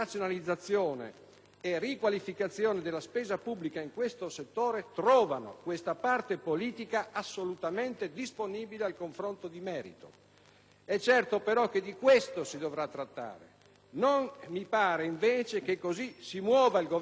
e riqualificazione della spesa pubblica in questo settore trovano questa parte politica assolutamente disponibile al confronto di merito. È certo, però, che di questo si dovrà trattare. Non mi pare, invece, che così si muovano il Governo e la maggioranza: